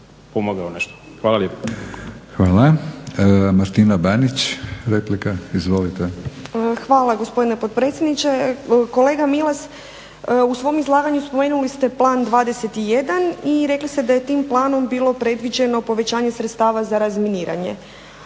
Hvala. Martina Banić, replika. Izvolite. **Banić, Martina (HDZ)** Hvala gospodine potpredsjedniče. Kolega Milas, u svom izlaganju spomenuli ste Plan 21 i rekli ste da je tim planom bilo predviđeno povećanje sredstava za razminiranje.